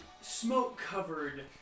smoke-covered